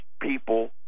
people